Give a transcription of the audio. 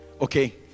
okay